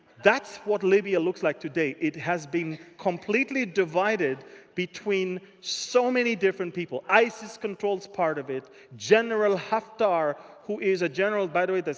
that's what libya looks like today. it has been, completely, divided between so many different people. isis controls part of it. general haftar, who is a general. by the way,